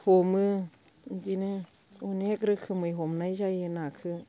हमो बिदिनो अनेक रोखोमै हमनाय जायो नाखौ